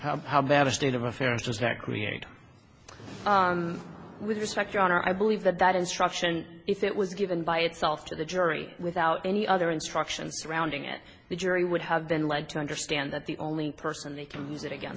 to how bad a state of affairs just recreate with respect your honor i believe that that instruction if it was given by itself to the jury without any other instruction surrounding it the jury would have been led to understand that the only person they can use it again